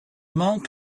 monk